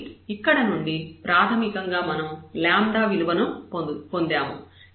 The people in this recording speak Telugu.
కాబట్టి ఇక్కడ నుండి ప్రాథమికంగా మనం విలువను పొందాము